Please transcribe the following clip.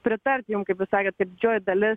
pritart jum kaip ir sakėt kad didžioji dalis